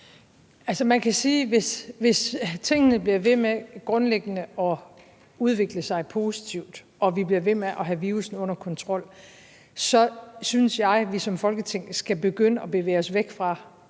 grundlæggende bliver ved med at udvikle sig positivt og vi bliver ved med at have virussen under kontrol, så synes jeg, at vi som Folketing skal begynde at bevæge os væk fra